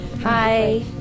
Hi